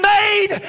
made